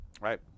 Right